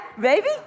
baby